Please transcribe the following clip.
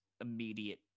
immediate